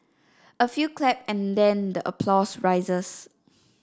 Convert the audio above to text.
a few clap and then the applause rises